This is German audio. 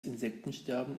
insektensterben